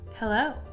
Hello